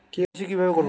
KYC কিভাবে করব?